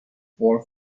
for